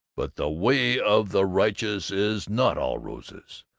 but the way of the righteous is not all roses.